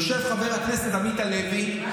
יושב חבר הכנסת עמית הלוי,